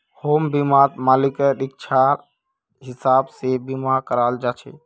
home बीमात मालिकेर इच्छार हिसाब से बीमा कराल जा छे